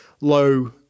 low